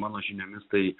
mano žiniomis tai